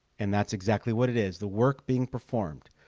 and that's exactly what it is the work being performed.